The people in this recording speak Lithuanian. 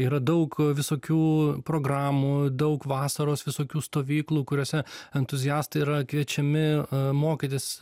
yra daug visokių programų daug vasaros visokių stovyklų kuriose entuziastai yra kviečiami mokytis